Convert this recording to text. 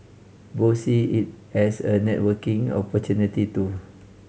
both see it as a networking opportunity too